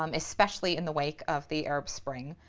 um especially in the wake of the arab spring,